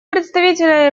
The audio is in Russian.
представителя